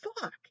fuck